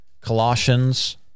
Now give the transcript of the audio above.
Colossians